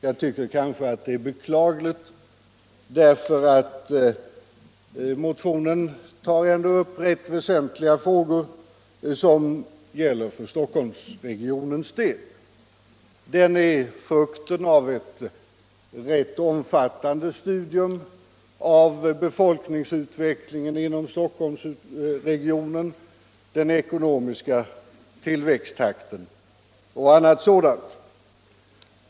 Jag tycker kanske att det är beklagligt därför att motionen ändå tar upp frågor som är rätt väsentliga för Stockholmsregionens del. Motionen är frukten av ett ganska omfattande studium av befolkningsutvecklingen inom Stockholmsregionen, den ekonomiska tillväxttakten och annat sådant.